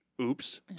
oops